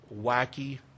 wacky